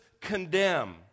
condemn